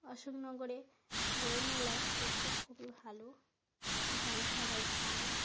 অশোকনগরে বই মেলা দেকতে খুবই ভালো সেখানে সবাই যায়